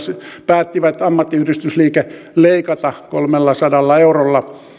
päätti ammattiyhdistysliike leikata kolmellasadalla eurolla